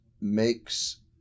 makes